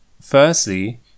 Firstly